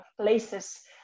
places